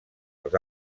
els